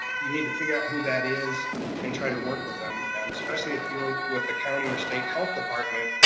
you need to figure out who that is and try to work with them, and especially if you're with the county or state health department,